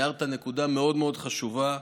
הארת נקודה מאוד מאוד חשובה.